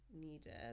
needed